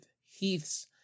Heath's